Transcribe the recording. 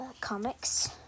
comics